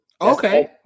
Okay